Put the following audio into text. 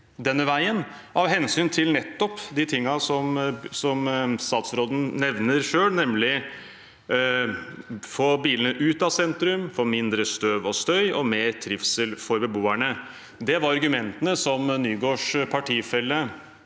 denne veien – av hensyn til nettopp de tingene statsråden selv nevner: å få bilene ut av sentrum, få mindre støv og støy og få mer trivsel for beboerne. Det var argumentene som Nygårds partifelle